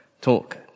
talk